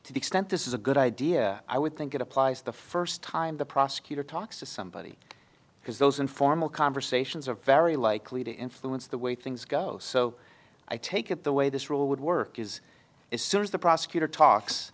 to extent this is a good idea i would think it applies the first time the prosecutor talks to somebody because those informal conversations are very likely to influence the way things go so i take it the way this rule would work is as soon as the prosecutor talks